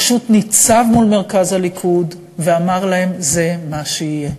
פשוט ניצב מול מרכז הליכוד ואמר להם: זה מה שיהיה.